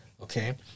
Okay